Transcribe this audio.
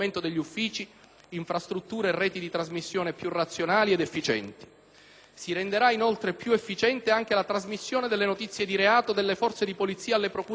infrastrutture e reti di trasmissione più razionali ed efficienti. Si renderà inoltre più efficiente anche la trasmissione delle notizie di reato dalle forze di polizia alle procure della Repubblica.